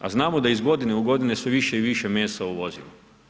A znamo da iz godine u godinu sve više i više mesa uvozimo.